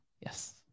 yes